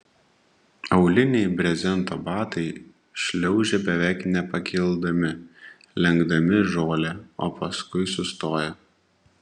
auliniai brezento batai šliaužia beveik nepakildami lenkdami žolę o paskui sustoja